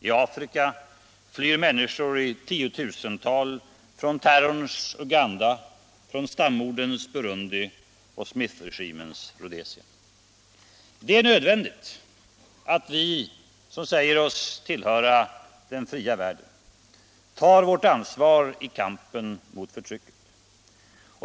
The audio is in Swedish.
I Afrika flyr människor i tiotusental från terrorns Uganda, från stammordens Burundi och från Smithregimens Rhodesia. Det är nödvändigt att vi som säger oss tillhöra den fria världen tar vårt ansvar i kampen mot förtrycket.